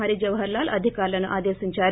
హరి జవహర్ లాల్ అధికారులను ఆదేశించారు